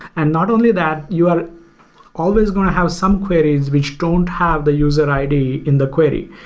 and not only that, you are always going to have some queries which don't have the user id in the query.